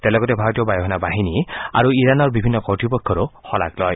তেওঁ লগতে ভাৰতীয বায়ু সেনা বাহিনী আৰু ইৰানৰ বিভিন্ন কৰ্তৃপক্ষৰো শলাগ লয়